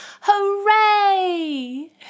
hooray